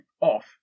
off